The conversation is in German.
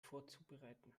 vorzubereiten